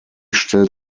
stellt